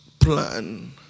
plan